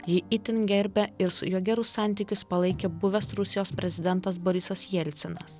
jį itin gerbia ir su juo gerus santykius palaikė buvęs rusijos prezidentas borisas jelcinas